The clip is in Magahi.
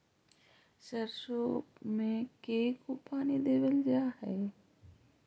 सरसों में के गो पानी देबल जा है?